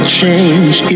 change